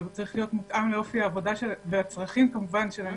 אבל הוא צריך להיות מותאם לאופי העבודה ולצרכים של הנערים,